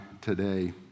today